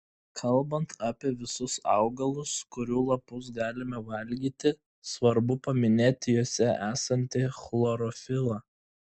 kalbant apie visus augalus kurių lapus galime valgyti svarbu paminėti juose esantį chlorofilą